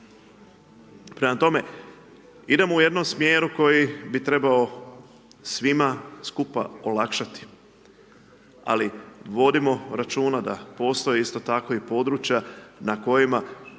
Prema tome, idemo u jednom smjeru koji bi trebao svima skupa olakšati, ali vodimo računa da postoje isto tako i područja na kojima